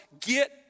get